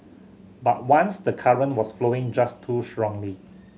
but once the current was flowing just too strongly